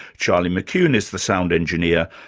charlie mccune is the sound engineer.